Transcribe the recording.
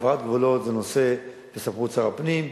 העברת גבולות זה נושא שבסמכות שר הפנים,